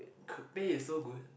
pay is so good